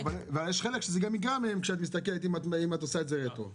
אבל יש חלק שזה גם יגרע מהם אם את עושה את זה רטרו.